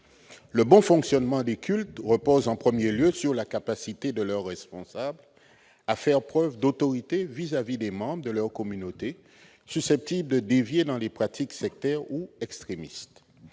le bon fonctionnement des cultes repose en 1er lieu sur la capacité de leurs responsables, à faire preuve d'autorité vis-à-vis des membres de leur communauté susceptible de dévier dans les pratiques sectaires ou extrémistes